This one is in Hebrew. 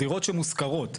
דירות שמושכרות.